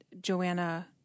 Joanna—